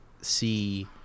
see